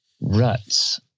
Ruts